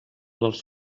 dels